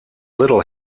little